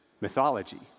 mythology